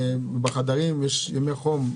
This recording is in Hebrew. יש ימי חום,